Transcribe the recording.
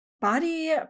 body